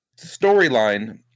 storyline